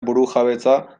burujabetza